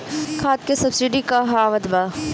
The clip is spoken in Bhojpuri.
खाद के सबसिडी क हा आवत बा?